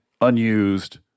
unused